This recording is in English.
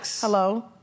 hello